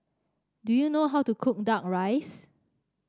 do you know how to cook duck rice